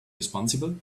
responsible